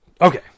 Okay